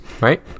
Right